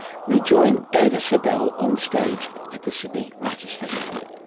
we join dava sobel on stage at the sydney writers' festival.